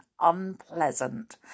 unpleasant